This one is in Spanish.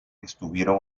estuvieron